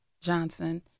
Johnson